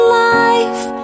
life